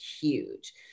huge